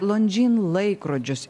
londžyn laikrodžius